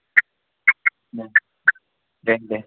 दे दे